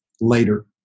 later